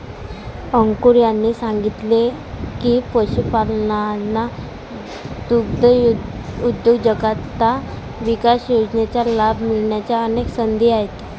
अंकुर यांनी सांगितले की, पशुपालकांना दुग्धउद्योजकता विकास योजनेचा लाभ मिळण्याच्या अनेक संधी आहेत